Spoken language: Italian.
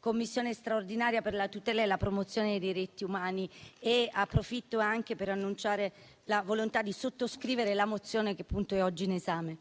Commissione straordinaria per la tutela e la promozione dei diritti umani. Approfitto anche per annunciare la volontà di sottoscrivere la mozione che è oggi in esame.